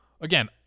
again